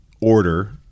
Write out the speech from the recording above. order